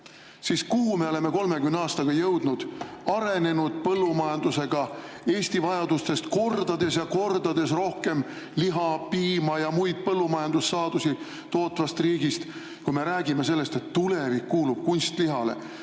Kuhu me oleme 30 aastaga jõudnud arenenud põllumajandusega, Eesti vajadustest kordades ja kordades rohkem liha, piima ja muid põllumajandussaadusi tootvast riigist, kui me räägime sellest, et tulevik kuulub kunstlihale?